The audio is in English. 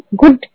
good